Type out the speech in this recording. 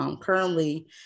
currently